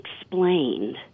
explained